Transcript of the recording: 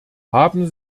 haben